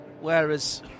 whereas